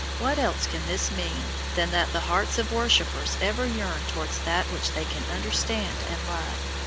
what else can this mean than that the hearts of worshippers ever yearn towards that which they can understand and love,